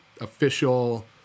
official